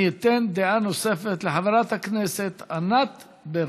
אני אתן דעה נוספת לחברת הכנסת ענת ברקו,